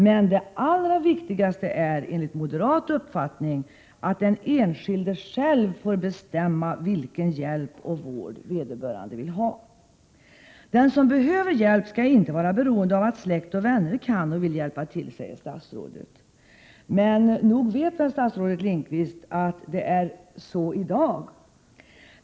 Men det allra viktigaste är — enligt moderat uppfattning — att den enskilde själv får bestämma vilken hjälp och vård vederbörande vill ha. Den som behöver hjälp skall inte vara beroende av att släkt och vänner kan och vill hjälpa till, säger statsrådet. Men nog vet väl statsrådet Lindqvist att det är så i dag?